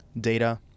data